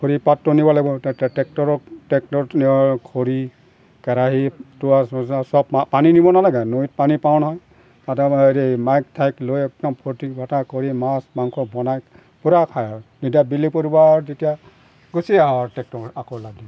খৰি পাতটো নিব লাগিব ট্ৰেক্টৰক ট্ৰেক্টৰত নিওঁ খৰি কেৰাহী টৌ আচবাব চব পানী নিব নালাগে নৈত পানী পাওঁ নহয় তাতে হেৰি এই মাইক তাইক লৈ একদম ফূৰ্তি ফাৰ্তা কৰি মাছ মাংস বনাই পূৰা খায় আৰু যেতিয়া বেলি পৰিব আৰু তেতিয়া গুচি আহোঁ আৰু ট্ৰেক্টৰত আকৌ লাগি